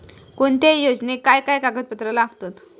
कोणत्याही योजनेक काय काय कागदपत्र लागतत?